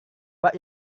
pak